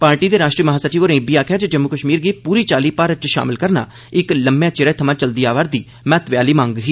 party दे राष्ट्री महासचिव होरें आखेआ जे जम्मू कश्मीर गी पूरी चाल्ली भारत च शामल करना इक लम्मे चिरै थमां चलदी आवै'रदी महत्व आहली मंग ही